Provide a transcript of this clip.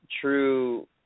true